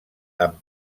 amb